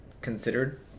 considered